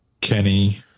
Kenny